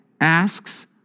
asks